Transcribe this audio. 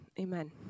Amen